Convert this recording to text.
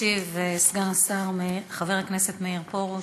ישיב סגן השר, חבר הכנסת מאיר פרוש.